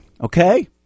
Okay